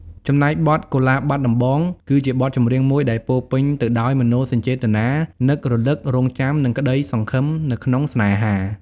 ចំណែកបទ កូលាបបាត់ដំបង គឺជាបទចម្រៀងមួយដែលពោរពេញទៅដោយមនោសញ្ចេតនានឹករលឹក រង់ចាំ និងក្តីសង្ឃឹមនៅក្នុងស្នេហា។